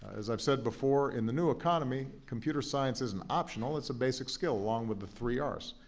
as i've said before, in the new economy, computer science isn't optional, it's a basic skill, along with the three ah rs.